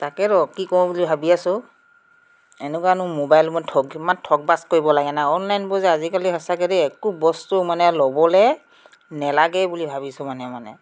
তাকেতো কি কৰোঁ বুলি ভাবি আছোঁ এনেকুৱানো মোবাইল মই ঠগি ইমান ঠগবাজ কৰিব লাগে না অনলাইনবোৰ যে আজিকালি সঁচাকৈ দেই একো বস্তু মানে ল'বলৈ নেলাগেই বুলি ভাবিছোঁ মানে মই